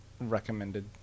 recommended